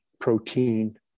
protein